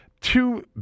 Two